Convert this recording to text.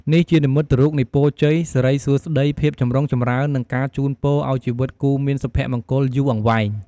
នេះជានិមិត្តរូបនៃ ពរជ័យ សិរីសួស្តី ភាពចម្រុងចម្រើន និងការជូនពរឱ្យជីវិតគូមានសុភមង្គលយូរអង្វែង។